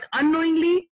unknowingly